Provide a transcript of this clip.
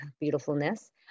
beautifulness